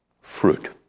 fruit